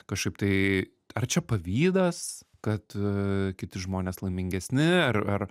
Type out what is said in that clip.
kažkaip tai ar čia pavydas kad kiti žmonės laimingesni ar ar